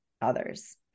others